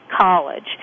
college